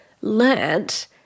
learned